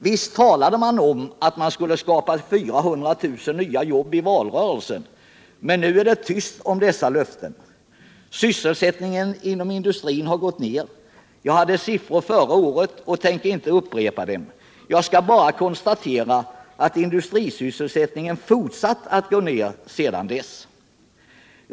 Visst talade man i valrörelsen om att man skulle skapa 400 000 nya jobb, men nu är det tyst om dessa löften. Sysselsättningen inom industrin har gått ned. Jag anförde siffror på detta förra året och tänker inte upprepa dem nu. Jag skall bara konstatera att industrisysselsättningen har fortsatt att gå ned sedan dess.